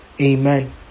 Amen